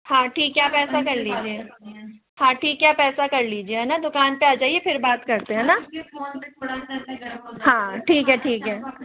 हाँ ठीक है आप ऐसा कर लीजिए हाँ ठीक है आप ऐसा कर लीजिए है ना दुकान पर आ जाइए फिर बात करते है ना हाँ ठीक है ठीक है